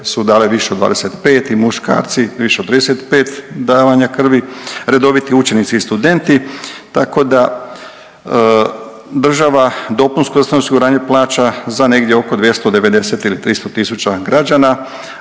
su dali više od 25 i muškarci više od 35 davanja krvi, redoviti učenici i studenti. Tako da država dopunsko zdravstveno osiguranje plaća za negdje oko 290 ili 300 tisuća građana,